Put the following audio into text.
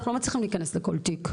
אנחנו לא מצליחים להיכנס לכל תיק,